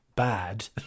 bad